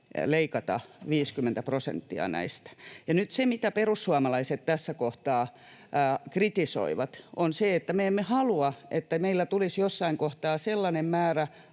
leikata 50 prosenttia näistä. Nyt se, mitä perussuomalaiset tässä kohtaa kritisoivat, on se, että me emme halua, että meillä tulisi jossain kohtaa sellainen määrä